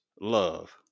love